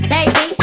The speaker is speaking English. Baby